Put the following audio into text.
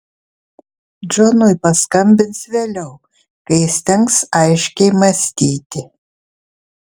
džonui paskambins vėliau kai įstengs aiškiai mąstyti